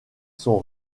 son